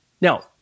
Now